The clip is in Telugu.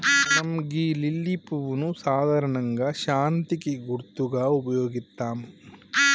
మనం గీ లిల్లీ పువ్వును సాధారణంగా శాంతికి గుర్తుగా ఉపయోగిత్తం